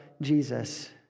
Jesus